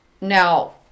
Now